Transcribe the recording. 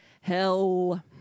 Hell